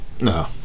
No